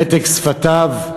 במתק שפתיו,